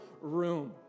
room